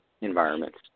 environments